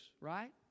right